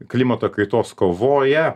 klimato kaitos kovoje